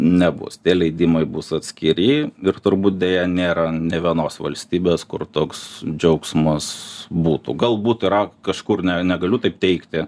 nebus tie leidimai bus atskiri ir turbūt deja nėra nė vienos valstybės kur toks džiaugsmas būtų galbūt yra kažkur ne negaliu taip teigti